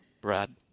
Brad